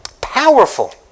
powerful